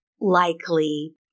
likely